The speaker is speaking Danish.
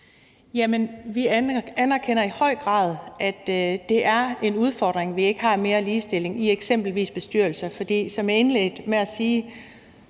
vi anerkender i høj grad, at det er en udfordring, at vi ikke har mere ligestilling i eksempelvis bestyrelser, for som jeg indledte med at sige,